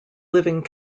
living